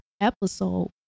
episode